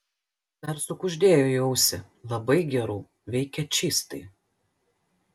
dar sukuždėjo į ausį labai gerų veikia čystai